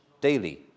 daily